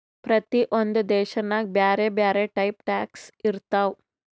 ಪ್ರತಿ ಒಂದ್ ದೇಶನಾಗ್ ಬ್ಯಾರೆ ಬ್ಯಾರೆ ಟೈಪ್ ಟ್ಯಾಕ್ಸ್ ಇರ್ತಾವ್